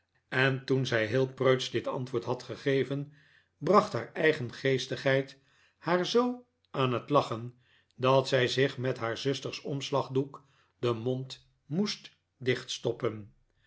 en toen zij heel preutsch dit antwoord had gegeven bracht haar eigen geestigheid haar zoo aan het lachen dat zij zich met haar zusters omslagdoek den mond moest dichtstoppen